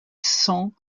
cents